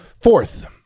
fourth